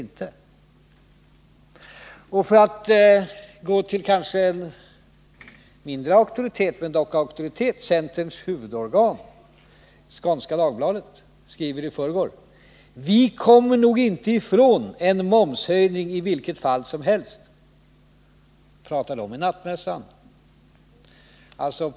Är det momsen eller ej? Jag kan gå till en kanske mindre auktoritet, men dock auktoritet, centerns huvudorgan Skånska Dagbladet, som i förrgår skrev: ”Vi kommer nog inte ifrån en momshöjning i vilket fall som helst.” Pratar tidningen i nattmössan?